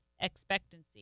expectancy